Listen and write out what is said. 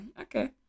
Okay